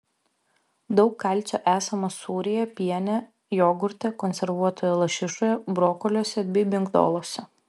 daug kalcio esama sūryje piene jogurte konservuotoje lašišoje brokoliuose bei migdoluose